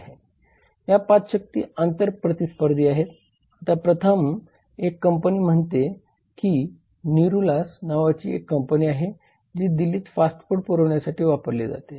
या 5 शक्ती आंतर प्रतिस्पर्धा आहेत आता प्रथम एक कंपनी म्हणते की निरूलास नावाची एक कंपनी आहे जी दिल्लीत फास्ट फूड पुरवण्यासाठी वापरली जाते